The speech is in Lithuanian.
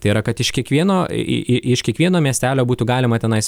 tai yra kad iš kiekvieno į į į iš kiekvieno miestelio būtų galima tenai